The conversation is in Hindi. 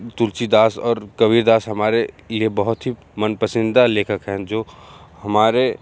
तुलसीदास और कबीरदास हमारे लिए बहुत ही मनपसंदीदा लेखक हैं जो हमारे